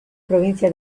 provincia